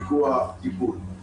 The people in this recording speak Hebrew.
פיקוח או טיפול.